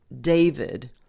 David